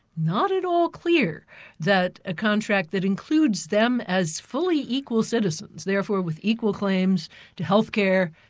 not at all clear that a contract that includes them as fully equal citizens, therefore with equal claims to health care,